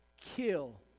kill